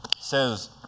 says